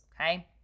okay